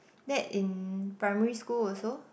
that in primary school also